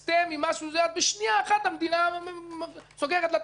בשנייה אחת המדינה סוגרת את השיבר,